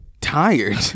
Tired